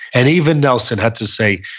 and even nelson had to say,